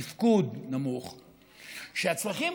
כן,